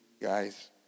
guys